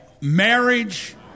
marriage